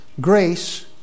grace